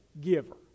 giver